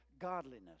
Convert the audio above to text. godliness